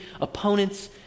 opponents